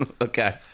okay